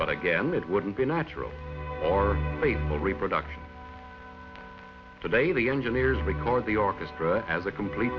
but again it wouldn't be a natural or a reproduction today the engineers record the orchestra as a complete